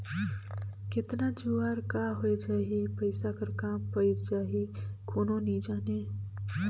केतना जुवार का होए जाही, पइसा कर काम कब पइर जाही, कोनो नी जानें